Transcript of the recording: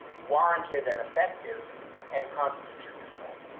warranted and effective and constitutional